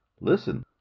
listen